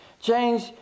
Change